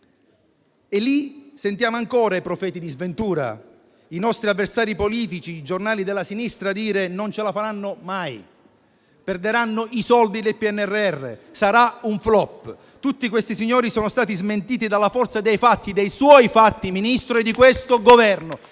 Sentiamo ancora i profeti di sventura, i nostri avversari politici e i giornali della sinistra dire: non ce la faranno mai; perderanno i soldi del PNRR; sarà un *flop*. Tutti quei signori sono stati smentiti dalla forza dei fatti, dei suoi fatti, signor Ministro, e di questo Governo.